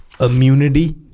immunity